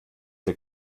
der